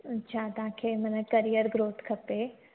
अच्छा तव्हांखे मना करियर ग्रोथ खपे